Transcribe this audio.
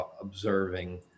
observing